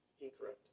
Incorrect